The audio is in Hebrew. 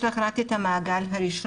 יש לך רק את המעגל הראשון,